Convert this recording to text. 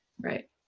right